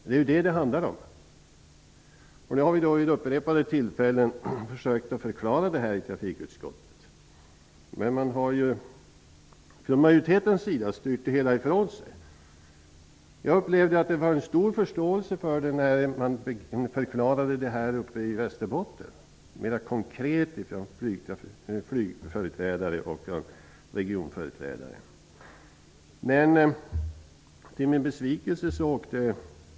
Det är ju detta det handlar om, och det har vi vid upprepade tillfällen försökt förklara i trafikutskottet, men majoriteten har styrt det hela ifrån sig. Jag upplevde att det fanns stor förståelse när flygföreträdare och regionföreträdare förklarade det här uppe i Västerbotten.